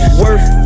worth